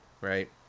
right